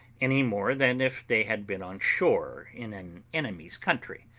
any more than if they had been on shore in an enemy's country.